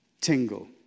tingle